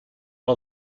all